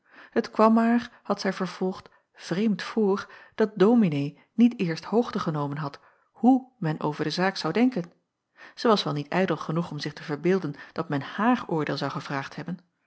het kwam haar had zij vervolgd vreemd voor dat dominee niet eerst hoogte genomen had hoe men over de zaak zou denken zij was wel niet ijdel genoeg om zich te verbeelden dat men haar oordeel zou gevraagd hebben